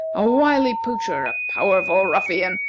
a wily poacher, a powerful ruffian,